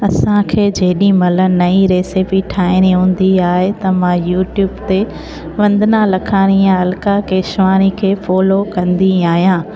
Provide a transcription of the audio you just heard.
असांखे जेॾी महिल नई रेसपी ठाहिणी हूंदी आहे त मां यूट्यूब ते वंदना लखाणी या अलका केशवाणी खे फ़ॉलो कंदी आहियां